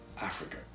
Africa